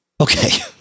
Okay